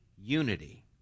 unity